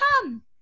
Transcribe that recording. come